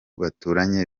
baturanye